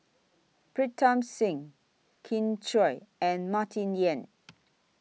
Pritam Singh Kin Chui and Martin Yan